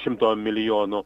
šimto milijonų